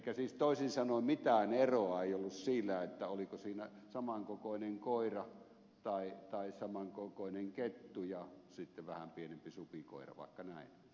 siis toisin sanoen mitään eroa ei ollut siinä oliko siinä saman kokoinen koira tai saman kokoinen kettu ja sitten vähän pienempi supikoira vaikka näin sanottuna